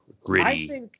gritty